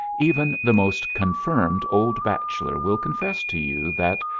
even the most confirmed old bachelor will confess to you that,